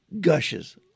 gushes